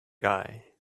guy